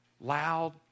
Loud